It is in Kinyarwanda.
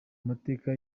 mateka